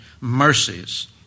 mercies